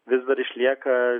vis dar išlieka